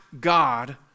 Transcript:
God